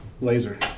Laser